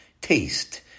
Taste